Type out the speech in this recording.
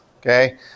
okay